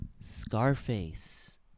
Scarface